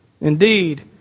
Indeed